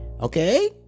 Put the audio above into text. Okay